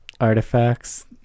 artifacts